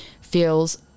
feels